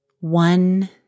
one